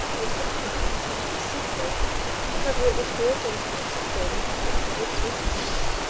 toasted or not, into a soup plate and cover it with four tablespoons of grated or shredded swiss cheese.